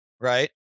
right